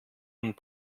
und